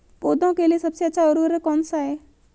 पौधों के लिए सबसे अच्छा उर्वरक कौनसा हैं?